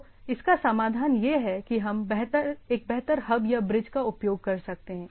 तो इसका समाधान यह है कि हम एक बेहतर हब या ब्रिज का उपयोग कर सकते हैं